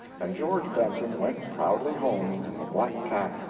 and george benton went proudly home, in the black cap,